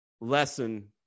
lesson